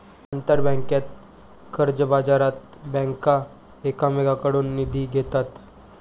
आंतरबँकेच्या कर्जबाजारात बँका एकमेकांकडून निधी घेतात